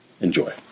Enjoy